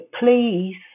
please